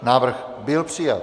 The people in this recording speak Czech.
Návrh byl přijat.